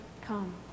come